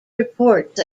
reports